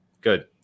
good